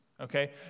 okay